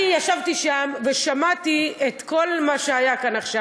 אני ישבתי שם ושמעתי את כל מה שהיה כאן עכשיו.